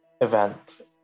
event